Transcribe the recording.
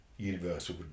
Universal